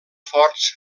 forts